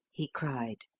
he cried.